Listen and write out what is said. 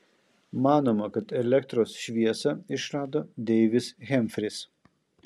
manoma kad elektros šviesą išrado deivis hemfris